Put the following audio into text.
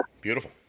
Beautiful